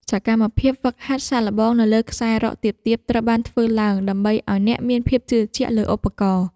សកម្មភាពហ្វឹកហាត់សាកល្បងនៅលើខ្សែរ៉កទាបៗត្រូវបានធ្វើឡើង ដើម្បីឱ្យអ្នកមានភាពជឿជាក់លើឧបករណ៍។